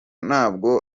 ntabwo